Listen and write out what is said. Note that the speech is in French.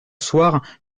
soir